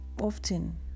often